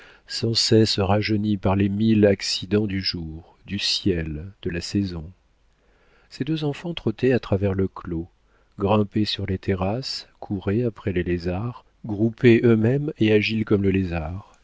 sans cesse rajeunie par les mille accidents du jour du ciel de la saison ses deux enfants trottaient à travers le clos grimpaient sur les terrasses couraient après les lézards groupés eux-mêmes et agiles comme le lézard